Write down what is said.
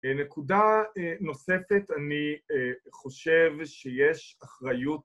נקודה נוספת, אני חושב שיש אחריות